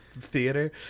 theater